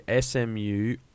SMU